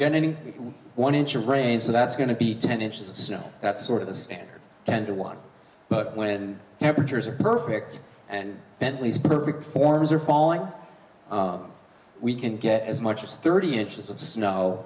getting one inch of rain so that's going to be ten inches of snow that's sort of the standard ten to one but when temperatures are perfect and bentleys perfect forms are falling we can get as much as thirty inches of snow